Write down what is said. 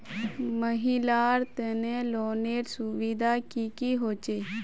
महिलार तने लोनेर सुविधा की की होचे?